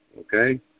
okay